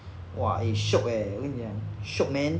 !wah! eh shiok eh 我跟你讲 shiok man